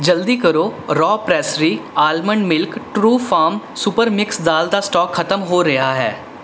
ਜਲਦੀ ਕਰੋ Raw Pressery almond milk True Farm super mix ਦਾਲ ਦਾ ਸਟੋਕ ਖਤਮ ਹੋ ਰਿਹਾ ਹੈ